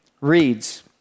reads